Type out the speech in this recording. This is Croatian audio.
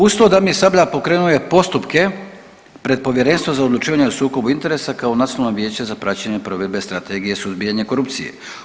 Uz to Damir Sabljak pokrenuo je postupke pred Povjerenstvom za odlučivanje o sukobu interesa kao Nacionalno vijeće za praćenje provedbe strategije suzbijanja korupcije.